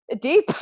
Deep